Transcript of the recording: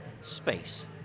space